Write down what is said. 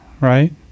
right